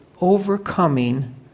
overcoming